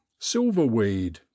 silverweed